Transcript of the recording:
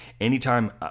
anytime